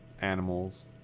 animals